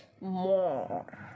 more